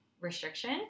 restriction